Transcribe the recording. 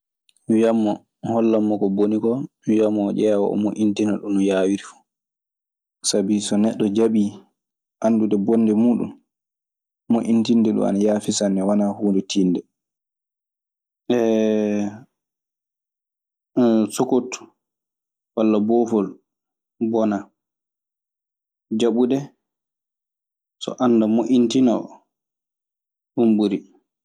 Mi wiyan mo, mi hollammo ko boni koo. Mi wiya mo o ƴeewa, o moƴƴintina ɗum no yaawiri fuu. Sabi so neɗɗo jaɓii anndude bonde muuɗun, moƴƴintinde ɗun ana yaafi sanne, wanaa huunde tiiɗnde. Sokottu walla boofol bonaa. Jaɓude so annda mo'intinoo, ɗun ɓuri.